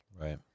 right